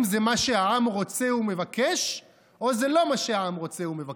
זה מה שהעם רוצה ומבקש או זה לא מה שהעם רוצה ומבקש?